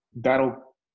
that'll